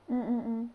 mm mm mm